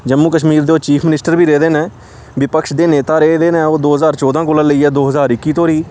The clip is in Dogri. जम्मू कश्मीर दे ओह् चीफ मिनिस्टर बी रेह्दे न विपक्ष दे नेता रेह्दे न ओह् दो ज्हार चौदां कोला लेइयै दो ज्हार इक्की धोड़ी